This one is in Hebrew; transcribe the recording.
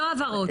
לא הבהרות.